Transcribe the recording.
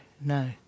no